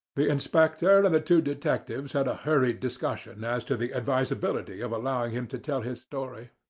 the inspector and the two detectives had a hurried discussion as to the advisability of allowing him to tell his story.